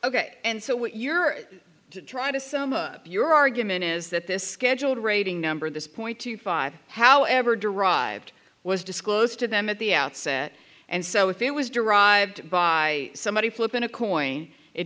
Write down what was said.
ok and so what you're trying to some of your argument is that this scheduled rating number this point two five however derived was disclosed to them at the outset and so if it was derived by somebody flipping